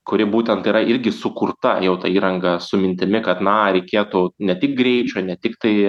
kuri būtent yra irgi sukurta jau ta įranga su mintimi kad na reikėtų ne tik greičio ne tiktai